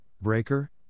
Breaker